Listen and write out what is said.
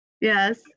Yes